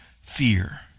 fear